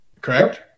correct